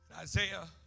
Isaiah